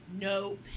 no